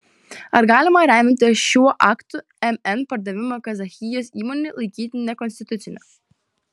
ar galima remiantis šiuo aktu mn pardavimą kazachijos įmonei laikyti nekonstituciniu